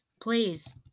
please